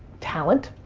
talent.